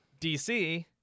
dc